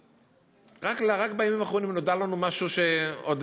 רק בימים האחרונים נודע לנו משהו שעוד